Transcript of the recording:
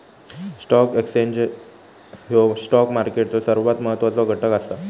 stock exchange ह्यो stock मार्केटचो सर्वात महत्वाचो घटक असा